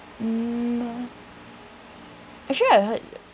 um actually I heard